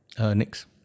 Next